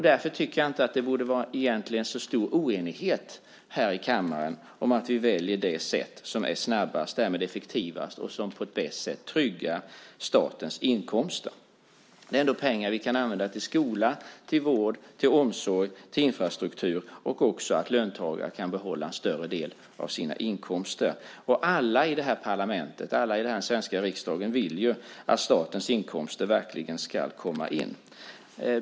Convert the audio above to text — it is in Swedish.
Därför borde det inte vara så stor oenighet här i kammaren om att vi väljer det sätt som är snabbast och därmed effektivast och på bästa sätt tryggar statens inkomster. Det är pengar som vi kan använda till skola, vård, omsorg och infrastruktur. Löntagare kan också behålla en större del av sina inkomster. Alla i den svenska riksdagen vill ju att statens inkomster verkligen ska komma in.